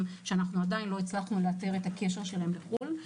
שאנחנו עדיין לא הצלחנו לאתר את הקשר שלהם לחו"ל.